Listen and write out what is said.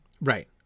Right